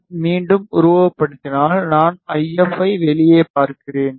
நான் மீண்டும் உருவகப்படுத்தினால் நான் ஐஎப்பை வெளியே பார்க்கிறேன்